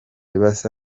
basa